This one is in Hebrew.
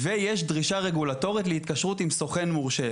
יש גם דרישה רגולטורית להתקשרות עם סוכן מורשה.